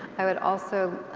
i would also